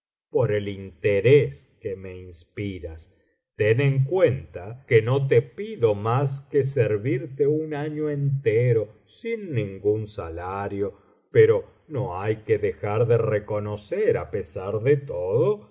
por el interés que me inspiras ton en cuenta que no te pido mas que servirte un año entero sin ningún salario pero no hay que dejar de reconocer á pesar de todo